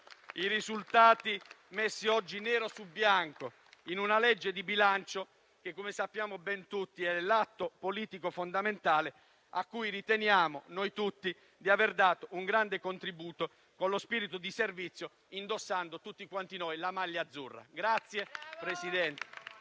i risultati messi oggi nero su bianco in una legge di bilancio che, come sappiamo, è l'atto politico fondamentale a cui riteniamo di aver dato un grande contributo con lo spirito di servizio, indossando tutti quanti noi, la maglia azzurra.